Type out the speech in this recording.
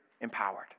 empowered